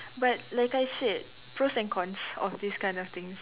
but like I said pros and cons of these kind of things